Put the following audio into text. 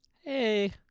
Hey